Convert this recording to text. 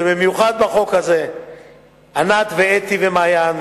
ובמיוחד בחוק הזה ענת ואתי ומעיין,